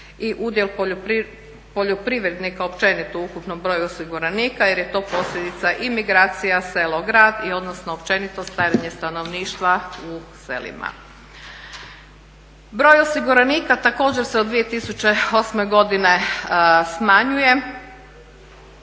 i udjel poljoprivrednika općenito u ukupnom broju osiguranika jer je to posljedica i migracija selo – grad i odnosno općenito starenje stanovništva u selima. Broj osiguranika također se od 2008. godine smanjuje